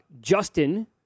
Justin